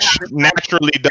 Naturally